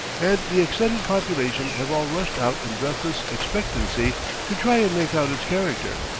and the excited population have all rushed out in breathless expectancy to try and make out its character.